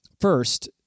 First